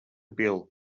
bill